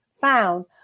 found